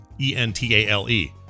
e-n-t-a-l-e